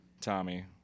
Tommy